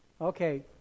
Okay